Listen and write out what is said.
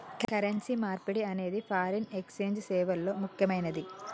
currency మార్పిడి అనేది foreign exchange సేవల్లో ముక్కెమైనది